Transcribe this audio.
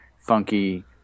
funky